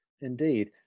Indeed